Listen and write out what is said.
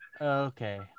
Okay